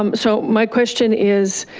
um so my question is,